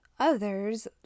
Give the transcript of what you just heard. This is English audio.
Others